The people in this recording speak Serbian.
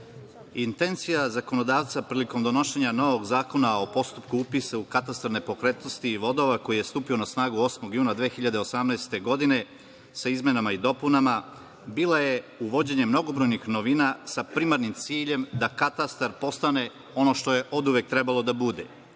intencija zakonodavca prilikom donošenja novog Zakona o postupku upisa u katastar nepokretnosti i vodova, koji je stupio na snagu 8. juna 2018. godine, sa izmenama i dopunama, bila je uvođenje mnogobrojnih novina sa primarnim ciljem da katastar postane ono što je oduvek trebalo da bude